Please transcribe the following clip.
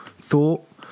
thought